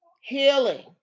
healing